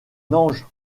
ange